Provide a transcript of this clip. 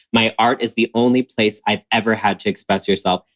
my art is the only place i've ever had to express yourself.